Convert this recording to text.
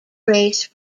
race